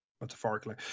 metaphorically